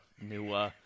new